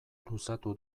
luzatu